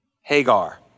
Hagar